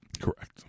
Correct